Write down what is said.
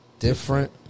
Different